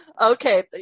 Okay